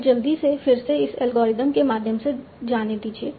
मुझे जल्दी से फिर से इस एल्गोरिथ्म के माध्यम से जाने दीजिए